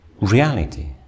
reality